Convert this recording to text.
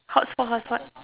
hotspot hotspot